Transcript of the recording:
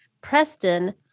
Preston